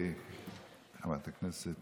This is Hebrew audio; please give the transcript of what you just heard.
חברת הכנסת